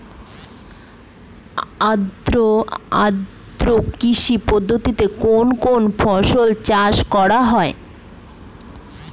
আদ্র কৃষি পদ্ধতিতে কোন কোন ফসলের চাষ করা হয়?